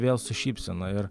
vėl su šypsena ir